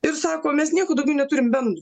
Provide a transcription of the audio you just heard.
ir sako mes nieko daugiau neturim ben